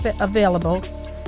available